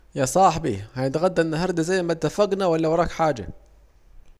يا صاحبي هنتغدى انهارده زي ما اتفجنا ولا وراك حاجة